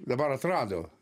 dabar atrado